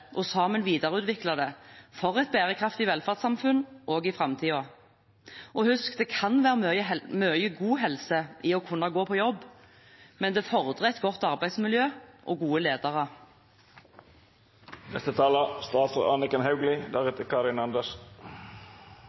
og sammen videreutvikle det – for et bærekraftig velferdssamfunn også i framtiden. Og husk: Det kan være mye god helse i å kunne gå på jobb, men det fordrer et godt arbeidsmiljø og gode